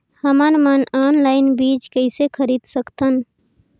हमन मन ऑनलाइन बीज किसे खरीद सकथन?